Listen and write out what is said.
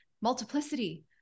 multiplicity